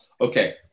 Okay